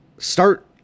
Start